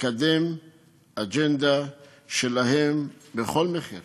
לקדם אג'נדה שלהם בכל מחיר